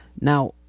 Now